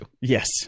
yes